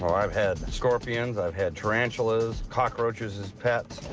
um i've had scorpions, i've had tarantulas, cockroaches as pets.